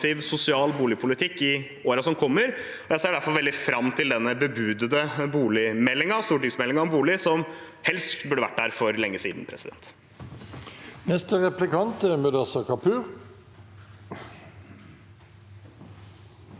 sosial boligpolitikk i årene som kommer, og jeg ser derfor veldig fram til den bebudede boligmeldingen, stortingsmeldingen om bolig, som helst burde vært der for lenge siden. Mudassar Kapur